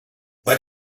but